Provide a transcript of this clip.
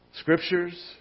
Scriptures